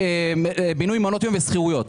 בינוי מעונות יום ושכירויות.